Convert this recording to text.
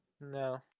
No